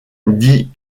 dit